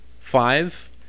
five